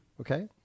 Okay